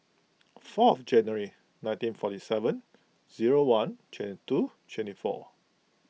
fourth January nineteen forty seven zero one twenty two twenty four